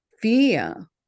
fear